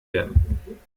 werden